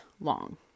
long